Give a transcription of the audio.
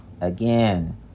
Again